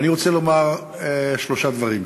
אני רוצה לומר שלושה דברים.